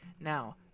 Now